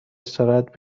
استراحت